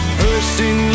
person